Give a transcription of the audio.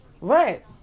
Right